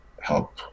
help